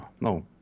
no